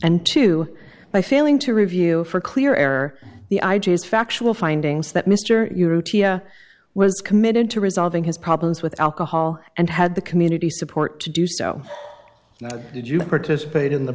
and two by failing to review for clear error the i g is factual findings that mister was committed to resolving his problems with alcohol and had the community support to do so did you participate in the